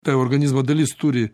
ta organizmo dalis turi